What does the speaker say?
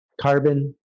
carbon